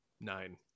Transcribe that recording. nine